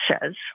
says